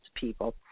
people